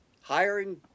hiring